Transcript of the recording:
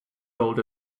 old